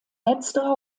letzterer